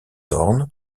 thorne